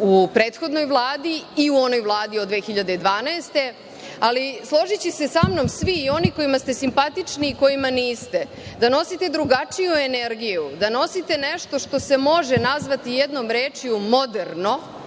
u prethodnoj Vladi i u onoj Vladi od 2012. godine, ali složiće se samnom svi, i oni kojima ste simpatični i kojima niste, da nosite drugačiju energiju, da nosite nešto što se može nazvati jednom rečju moderno